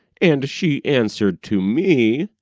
and she answered to me,